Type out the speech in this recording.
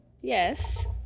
Yes